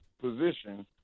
position